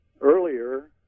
earlier